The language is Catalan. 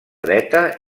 dreta